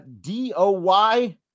D-O-Y